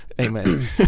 Amen